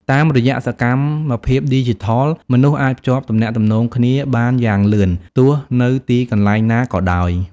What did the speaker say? តាមរយៈសកម្មភាពឌីជីថល មនុស្សអាចភ្ជាប់ទំនាក់ទំនងគ្នាបានយ៉ាងលឿនទោះនៅទីកន្លែងណាក៏ដោយ។